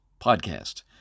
podcast